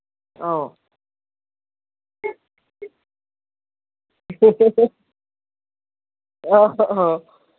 ꯑꯧ ꯑꯧ